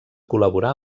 col·laborar